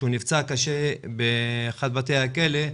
הוא נפצע קשה באחד מבתי הכלא,